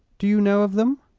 do you know of them?